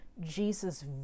Jesus